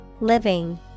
Living